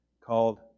called